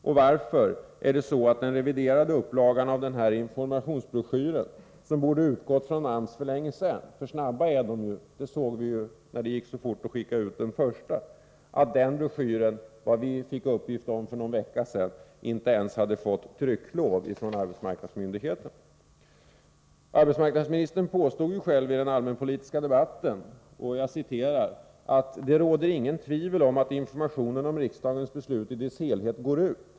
Och varför är det så att den reviderade upplagan av informationsbroschyren, som borde ha utgått från AMS för länge sedan — de är snabba där, vi såg att det gick mycket fort att skicka ut den första broschyren — enligt uppgifter som vi fick för någon vecka sedan inte ens hade fått trycklov från arbetsmarknadsmyndigheten? Arbetsmarknadsministern påstod själv i den allmänpolitiska debatten: ”Det råder inget tvivel om att informationen om riksdagens beslut i dess helhet går ut”.